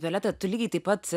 violeta tu lygiai taip pat